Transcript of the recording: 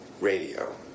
radio